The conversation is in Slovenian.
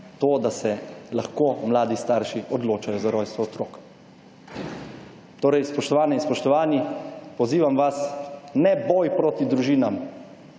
to, da se lahko mladi starši odločajo za rojstvo otrok. Torej, spoštovane in spoštovani, pozivam vas ne boj proti družinam.